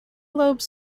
globe